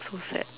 so sad